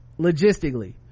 logistically